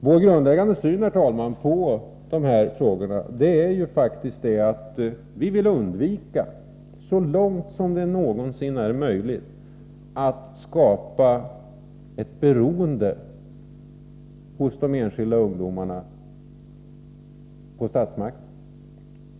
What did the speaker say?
Vår grundläggande syn på dessa frågor är ju faktiskt att vi så långt som det någonsin är möjligt vill undvika att skapa ett beroende hos de enskilda ungdomarna av statsmakterna.